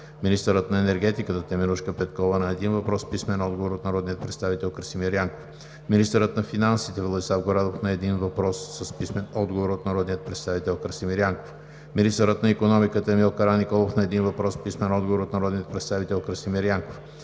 министърът на енергетиката Теменужка Петкова – на един въпрос с писмен отговор от народния представител Красимир Янков; - министърът на финансите Владислав Горанов – на един въпрос с писмен отговор от народния представител Красимир Янков; - министърът на икономиката Емил Караниколов – на един въпрос с писмен отговор от народния представител Красимир Янков;